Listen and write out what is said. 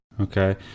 Okay